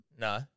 No